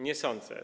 Nie sądzę.